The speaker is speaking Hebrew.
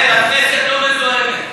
יעל, הכנסת לא מזוהמת.